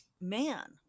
man